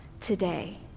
today